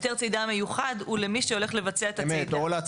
ההיתר צידה המיוחד הוא למי שהולך לבצע את הצידה.